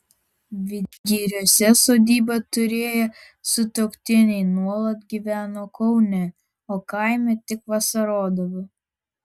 vidgiriuose sodybą turėję sutuoktiniai nuolat gyveno kaune o kaime tik vasarodavo